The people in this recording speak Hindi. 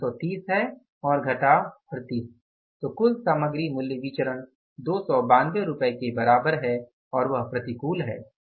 वे 330 हैं और घटाव 38 तो कुल सामग्री मूल्य विचरण 292 रुपये के बराबर है और प्रतिकूल है